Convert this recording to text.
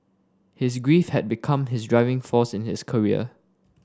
his grief had become his driving force in his career